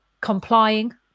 complying